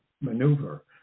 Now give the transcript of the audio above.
maneuver